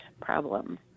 problem